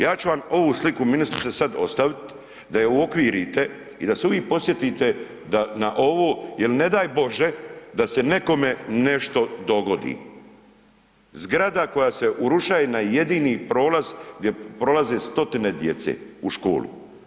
Ja ću vam ovu sliku ministrice sad ostavit da je uokvirite i da se uvik podsjetite da na ovo, jel ne daj Bože da se nekome nešto dogodi, zgrada koja se urušaje na jedini prolaz gdje prolaze stotine djece u školu.